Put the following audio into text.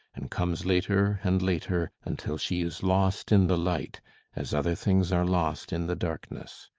and comes later and later until she is lost in the light as other things are lost in the darkness.